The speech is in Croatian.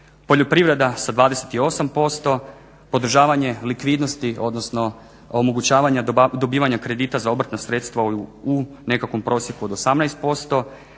poljoprivreda sa 28%, podržavanje likvidnosti odnosno omogućavanja dobivanja kredita za obrtna sredstva u nekakvom prosjeku od 18%